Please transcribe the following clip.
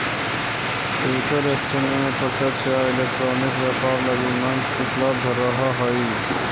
future exchange में प्रत्यक्ष या इलेक्ट्रॉनिक व्यापार लगी मंच उपलब्ध रहऽ हइ